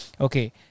Okay